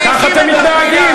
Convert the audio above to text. כך אתם מתנהגים,